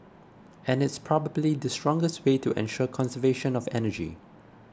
and it's probably the strongest way to ensure conservation of energy